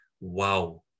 Wow